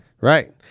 Right